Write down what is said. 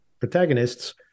protagonists